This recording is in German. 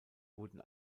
wurden